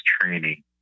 training